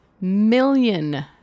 million